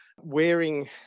wearing